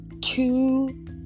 two